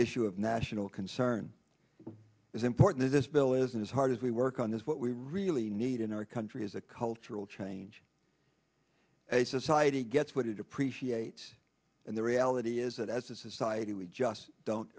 issue of national concern is important if this bill isn't as hard as we work on this what we really need in our country is a cultural change a society gets what it appreciates and the reality is that as a society we just don't